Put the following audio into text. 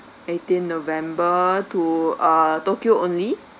eighteen november to uh tokyo only